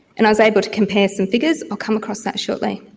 and i was able to compare some figures, i'll come across that shortly.